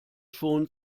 schon